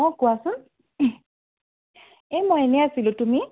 অঁ কোৱাচোন এই মই এনে আছিলোঁ তুমি